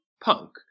punk